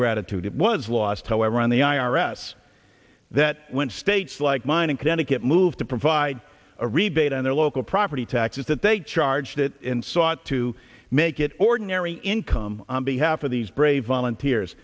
gratitude it was lost however on the i r s that when states like mine in connecticut moved to provide a rebate on their local property taxes that they charged it in sought to make it ordinary income on behalf of these brave volunteers